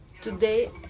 Today